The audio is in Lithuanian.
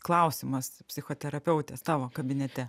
klausimas psichoterapeutės tavo kabinete